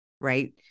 right